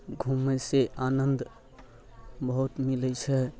घुमैसँ आनन्द बहुत मिलै छै